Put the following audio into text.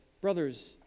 brothers